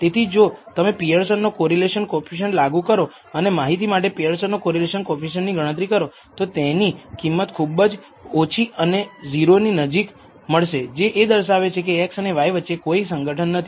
તેથી જો તમે પિઅરસનનો કોરિલેશન કોએફિસિએંટ લાગુ કરો અને આ માહિતી માટે પિઅરસનનો કોરિલેશન કોએફિસિએંટ ની ગણતરી કરો તો તેની કિંમત ખૂબ જ ઓછી અને 0 ની નજીક મળશે જે એ દર્શાવે છે કે x અને y વચ્ચે કોઈ સંગઠન નથી